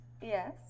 Yes